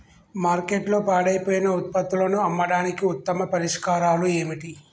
మార్కెట్లో పాడైపోయిన ఉత్పత్తులను అమ్మడానికి ఉత్తమ పరిష్కారాలు ఏమిటి?